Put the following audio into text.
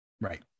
right